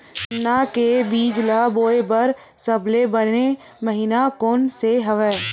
गन्ना के बीज ल बोय बर सबले बने महिना कोन से हवय?